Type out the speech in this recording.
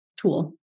tool